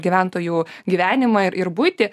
gyventojų gyvenimą ir ir buitį